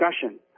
discussion